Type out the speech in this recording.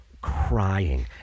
crying